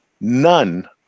none